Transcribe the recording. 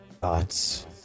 thoughts